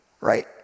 right